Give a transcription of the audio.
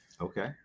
Okay